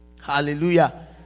Hallelujah